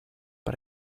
but